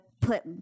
put